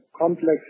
complex